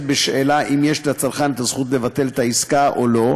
בשאלה אם יש לצרכן זכות לבטל עסקה או לא,